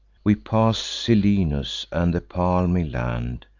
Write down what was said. we pass'd selinus, and the palmy land,